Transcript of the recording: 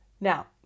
now